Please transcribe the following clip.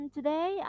Today